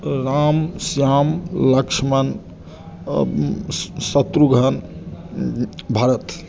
Ram Shyam Lakshman Shatrughan Bharat